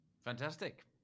Fantastic